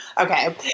okay